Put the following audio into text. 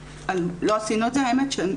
הם גם לא יעשו את האפליה שאולי הגבר --- אתה